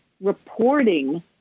reporting